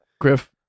Griff